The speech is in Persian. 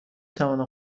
توانم